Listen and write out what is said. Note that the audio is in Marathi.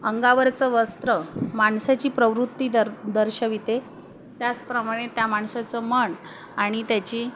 अंगावरचं वस्त्र माणसाची प्रवृत्ती द दर्शविते त्याचप्रमाणे त्या माणसाचं मन आणि त्याची